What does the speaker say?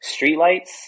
streetlights